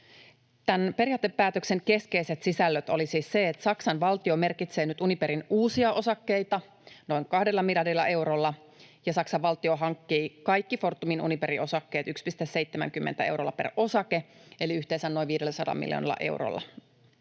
Tämän periaatepäätöksen keskeinen sisältö oli siis se, että Saksan valtio merkitsee nyt Uniperin uusia osakkeita noin kahdella miljardilla eurolla ja Saksan valtio hankkii kaikki Fortumin Uniperin osakkeet 1,70 eurolla per osake eli yhteensä noin 500 miljoonalla eurolla.